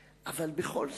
אבל בכל זאת.